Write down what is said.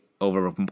over